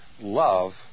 Love